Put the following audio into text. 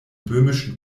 böhmischen